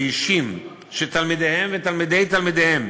אישים שתלמידיהם ותלמידי תלמידיהם